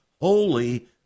holy